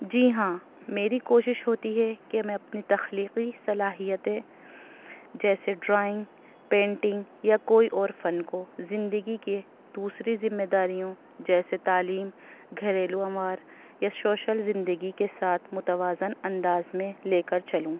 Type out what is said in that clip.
جی ہاں میری کوشش ہوتی ہے کہ میں اپنی تخلیقی صلاحیتیں جیسے ڈرائنگ پینٹنگ یا کوئی اور فن کو زندگی کے دوسری ذمہ داریوں جیسے تعلیم گھریلو عوار یا شوشل زندگی کے ساتھ متوازن انداز میں لے کر چلوں